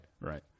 Right